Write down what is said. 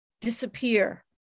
disappear